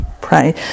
Pray